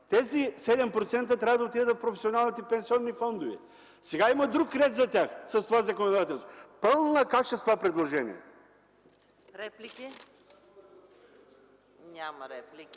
Тези 7% трябва да отидат в професионалните пенсионни фондове. Сега има друг ред за тях с това законодателство. Пълна каша с това предложение! ПРЕДСЕДАТЕЛ